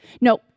No